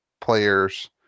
players